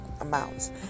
amounts